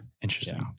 interesting